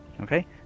Okay